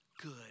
good